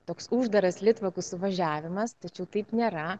toks uždaras litvakų suvažiavimas tačiau taip nėra